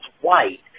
white